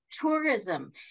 tourism